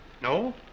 No